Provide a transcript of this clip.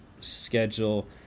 schedule